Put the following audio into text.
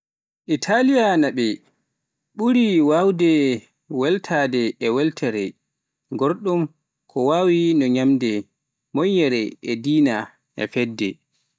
Itaalinaaɓe ɓuri waawde weltaade e weltaare nguurndam, ko wayi no ñaamde moƴƴere, diine, e fedde.